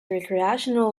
recreational